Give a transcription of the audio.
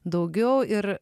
daugiau ir